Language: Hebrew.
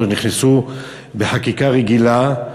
או נכנסו בחקיקה רגילה,